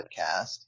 podcast